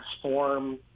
transform